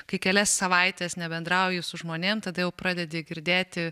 kai kelias savaites nebendrauji su žmonėm tada jau pradedi girdėti